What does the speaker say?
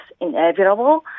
inevitable